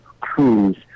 cruise